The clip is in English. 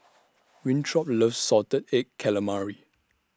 Winthrop loves Salted Egg Calamari